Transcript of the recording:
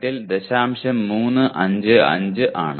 355 ആണ്